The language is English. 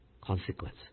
consequence